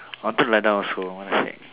I wanted to lie down also what the heck